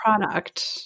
product